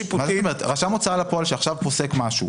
רשם ההוצאה לפועל שעכשיו פוסק משהו,